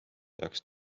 peaks